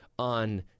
On